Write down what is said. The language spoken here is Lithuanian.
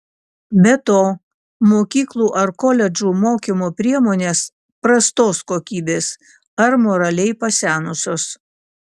be to mokyklų ar koledžų mokymo priemonės prastos kokybės ar moraliai pasenusios